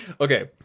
Okay